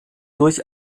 durch